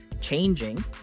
changing